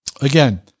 Again